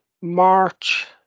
March